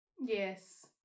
Yes